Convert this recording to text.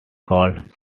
called